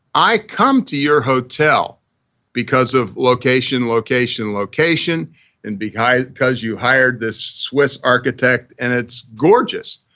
i come to your hotel because of location, location, location and because because you hired this swiss architect and it's gorgeous.